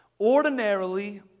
Ordinarily